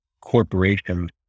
corporations